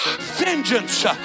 vengeance